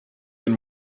and